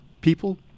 people